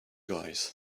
guys